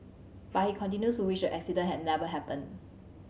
but he continues to wish the accident had never happened